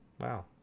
Wow